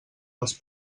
els